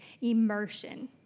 immersion